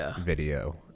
video